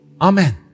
Amen